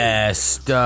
Best